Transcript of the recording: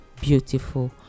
beautiful